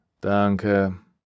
Danke